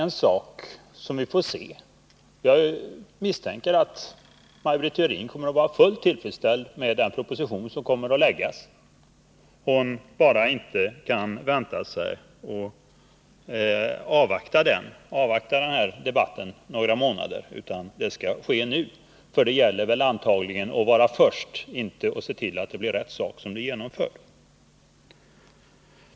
Jag misstänker emellertid att Maj Britt Theorin kommer att vara fullt tillfredsställd med den proposition som läggs fram. Hon kan bara inte vänta med debatten några månader, det skall ske nu. Antagligen gäller det att vara först, inte att se till att de riktiga besluten blir fattade.